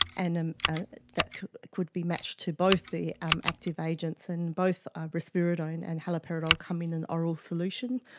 and and ah that could be matched to both the um active agents, and both ah risperidone and haloperidol come in an oral solution,